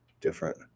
different